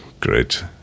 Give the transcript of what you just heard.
great